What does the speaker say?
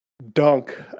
Dunk